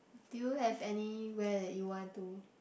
do you have anywhere that you want to